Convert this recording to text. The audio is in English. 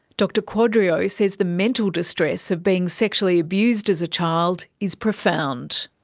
dr quadrio says the mental distress of being sexually abused as a child is profound.